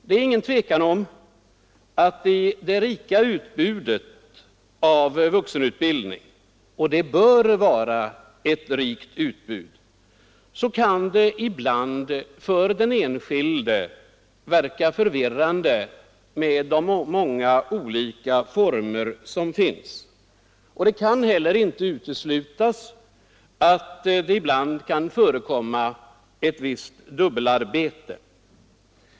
Det är inget tvivel om att i det rika utbudet av vuxenutbildning — och det bör vara ett rikt utbud — kan det ibland för den enskilde verka förvirrande med de många olika former som finns. Det kan heller inte uteslutas att det ibland förekommer ett dubbelarbete.